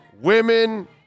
women